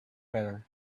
better